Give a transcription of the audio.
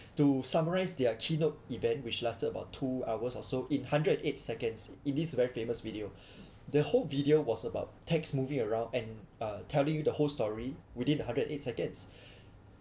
to summarize their keynote event which lasted about two hours or so in hundred eight seconds it is very famous video the whole video was about text moving around and tell you the whole story within a hundred and eight seconds